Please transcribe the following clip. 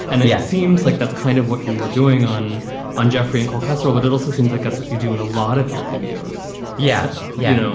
and it yeah seems like that's kind of what you were doing on on jeffrey and casserole. but it also seems like that's what you do in a lot of your videos. yeah. yeah.